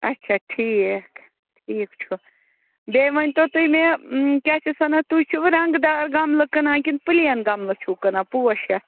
اَچھا ٹھیٖک ٹھیٖک چھُ بیٚیہِ ؤنۍ تو تُہۍ مےٚ کیٛاہ چھِ اَتھ ونان تُہۍ چھِوٕ رَنٛگہٕ دار گَملہٕ کٕنان کِنہٕ پٔلیٖن گَملہٕ چھِو کٕنان پوش ہٮ۪تھ